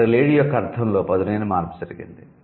కాబట్టి 'లేడీ' యొక్క అర్థoలో పదునైన మార్పు జరిగింది